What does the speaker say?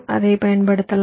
அதை பயன்படுத்தலாம்